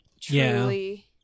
truly